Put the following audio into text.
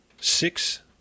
six